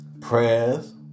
prayers